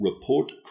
Report